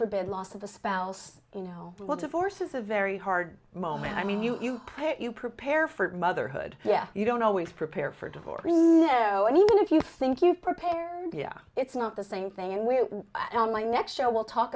forbid loss of the spouse you know what divorce is a very hard moment i mean you you you prepare for motherhood yes you don't always prepare for divorce we know even if you think you've prepared yeah it's not the same thing when my next show we'll talk